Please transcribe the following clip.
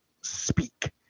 speak